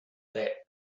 that